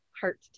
heart